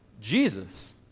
Jesus